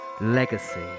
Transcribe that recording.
*Legacy*